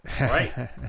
right